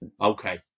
okay